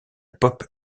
pop